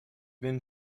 been